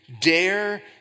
dare